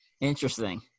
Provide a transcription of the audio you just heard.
interesting